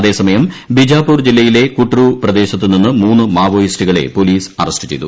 അതേസമയം ബിജാപൂർ ജില്ലയിലെ കുട്റു പ്രദേശത്ത് നിന്ന് മൂന്ന് മാവോയിസ്റ്റുകളെ പോലീസ് അറസ്റ്റു ചെയ്തു